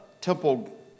temple